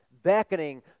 beckoning